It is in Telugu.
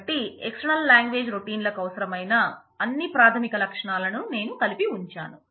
కాబట్టి ఎక్స్టర్నల్ లాంగ్వేజ్ రొటీన్ లకు అవసరమైన అన్ని ప్రాథమిక లక్షణాలను నేను కలిపి ఉంచాను